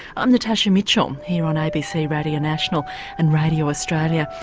i'm natasha mitchell um here on abc radio national and radio australia.